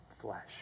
flesh